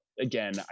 again